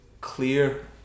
clear